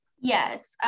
Yes